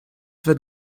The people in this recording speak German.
wird